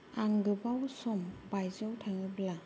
आं गोबाव सम बायजोआव थायोब्ला